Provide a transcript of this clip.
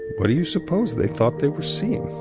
what do you suppose they thought they were seeing?